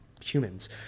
humans